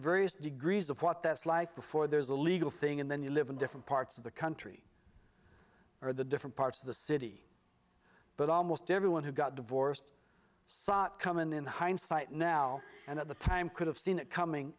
various degrees of what that's like before there's a legal thing and then you live in different parts of the country or the different parts of the city but almost everyone who got divorced saw it coming in hindsight now and at the time could have seen it coming